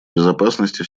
безопасности